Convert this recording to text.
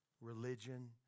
Religion